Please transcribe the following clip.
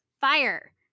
Fire